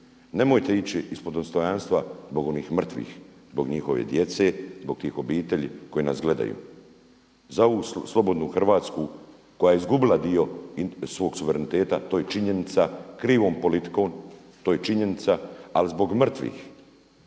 nemojte ići ispod dostojanstva zbog onih mrtvih, zbog njihove djece, zbog tih obitelji koje nas gledaju. Za ovu slobodnu Hrvatsku koja je izgubila dio svog suvereniteta, to je činjenica krivom politikom, to je činjenica, ali zbog mrtvih,